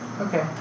Okay